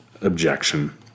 objection